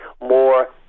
more